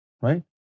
Right